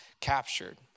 captured